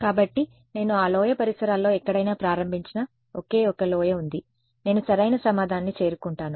కాబట్టి నేను ఆ లోయ పరిసరాల్లో ఎక్కడైనా ప్రారంభించిన ఒకే ఒక లోయ ఉంది నేను సరైన సమాధానాన్ని చేరుకుంటాను